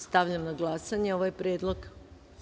Stavljam na glasanje ovaj predlog.